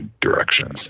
directions